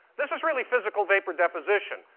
this is really physical vapor deposition.